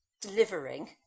delivering